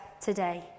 today